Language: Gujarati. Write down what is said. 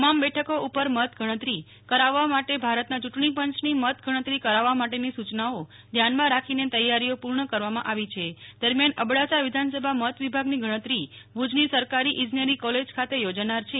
તમામ બેઠકો ઉપર મતગણતરી કરાવવા માટે ભારતના યૂં ટણી પં ચની મત ગણતરી કરાવવા માટેની સુ યનાઓ ધ્યાનમાં રાખીને તૈયારીઓ પૂર્ણ કરવામાં આવી છે દરમ્યાન અબડાસા વિધાનસભા મત વિભાગની ગણતરી ભુજની સરકારી ઈજનેરી કોલેજ ખાતે યોજાનાર છે